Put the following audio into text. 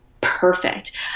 Perfect